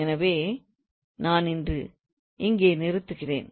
எனவே நான் இன்று இங்கே நிறுத்துகிறேன்